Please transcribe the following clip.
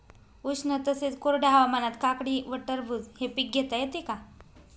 उष्ण तसेच कोरड्या हवामानात काकडी व टरबूज हे पीक घेता येते का?